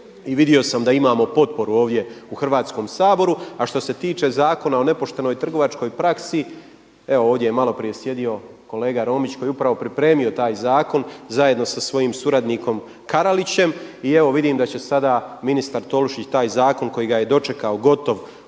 I vidio sam da imamo potporu ovdje u Hrvatskom saboru. A što se tiče Zakona o nepoštenoj trgovačkoj praksi, evo ovdje je malo prije sjedio kolega Romić koji je upravo pripremio taj zakon zajedno sa svojim suradnikom Karalićem i evo vidim da će sada ministar Tolušić taj zakon koji ga je dočekao gotov